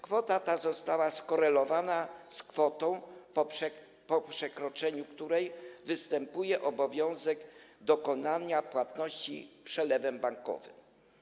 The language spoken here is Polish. Kwota ta została skorelowana z kwotą, po której przekroczeniu występuje obowiązek dokonania płatności przelewem bankowym.